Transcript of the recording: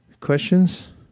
Questions